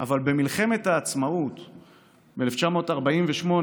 ובמלחמת העצמאות ב-1948,